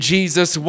Jesus